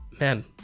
man